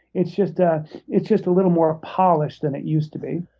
it's just ah it's just a little more polished than it used to be.